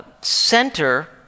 center